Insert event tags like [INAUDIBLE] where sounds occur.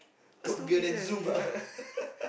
stupid eh [LAUGHS]